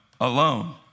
Alone